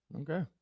Okay